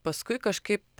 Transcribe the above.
paskui kažkaip